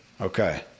Okay